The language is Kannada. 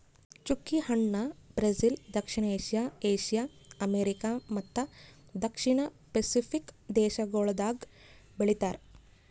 ಚ್ಚುಕಿ ಹಣ್ಣ ಬ್ರೆಜಿಲ್, ದಕ್ಷಿಣ ಏಷ್ಯಾ, ಏಷ್ಯಾ, ಅಮೆರಿಕಾ ಮತ್ತ ದಕ್ಷಿಣ ಪೆಸಿಫಿಕ್ ದೇಶಗೊಳ್ದಾಗ್ ಬೆಳಿತಾರ್